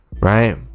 right